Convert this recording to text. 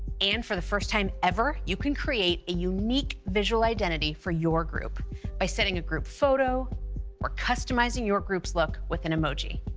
and, for the first time ever, you can create a unique visual identity for your group by setting a group photo or customizing your group's look with an emoji.